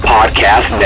Podcast